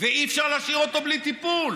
ואי-אפשר להשאיר אותו בלי טיפול.